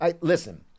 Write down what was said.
Listen